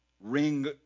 ring